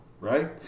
right